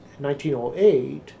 1908